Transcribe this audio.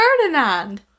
Ferdinand